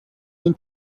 den